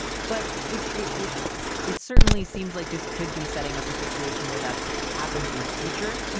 but it it it it certainly seems like this could be setting up a situation where that happens in the future.